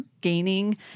gaining